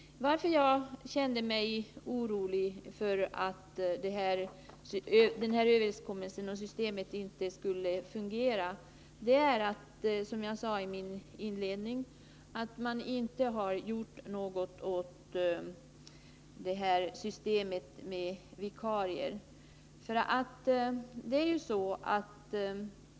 Att jag kände mig orolig för att den här överenskommelsen och det här systemet inte skulle fungera beror, som jag sade i min inledning, på att man inte har gjort något åt systemet med vikarier.